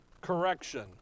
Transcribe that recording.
correction